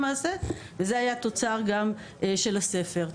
והתוצר הוא גם הספר.